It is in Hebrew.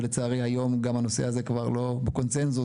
ולצערי היום גם הנושא הזה כבר לא בקונצנזוס.